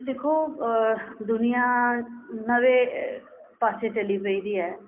दिक्खो दूनियां नमें पासै चली पेदी ऐ